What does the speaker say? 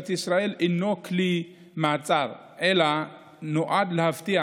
ישראל אינו כלי מעצר אלא נועד להבטיח,